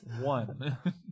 One